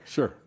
Sure